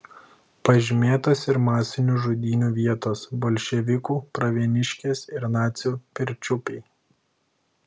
pažymėtos ir masinių žudynių vietos bolševikų pravieniškės ir nacių pirčiupiai